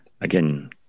Again